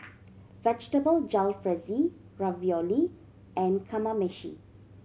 Vegetable Jalfrezi Ravioli and Kamameshi